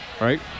right